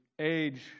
age